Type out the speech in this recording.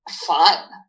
fun